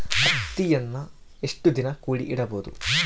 ಹತ್ತಿಯನ್ನು ಎಷ್ಟು ದಿನ ಕೂಡಿ ಇಡಬಹುದು?